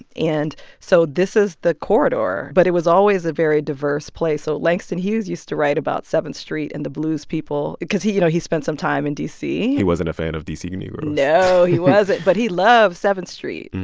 and so this is the corridor. but it was always a very diverse place. so langston hughes used to write about seventh street and the blues people because he you know, he spent some time in d c he wasn't a fan of d c. negroes no. he wasn't but he loved seventh street.